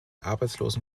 arbeitslosen